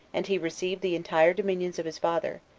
and he received the entire dominions of his father,